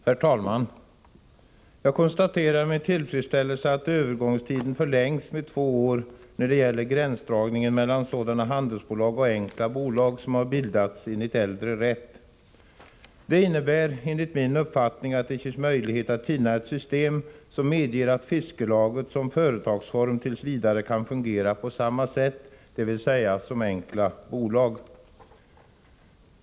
Herr talman! Jag konstaterar med tillfredsställelse att övergångstiden när det gäller gränsdragningen mellan sådana handelsbolag och enkla bolag som bildats enligt äldre rätt förlängs med två år. Det innebär enligt min uppfattning att det ges möjlighet att finna system som medger att fiskelaget som företagsform t. v. kan fungera på samma sätt som nu, dvs. som enkelt bolag.